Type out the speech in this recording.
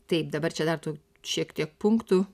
taip dabar čia dar tų šiek tiek punktų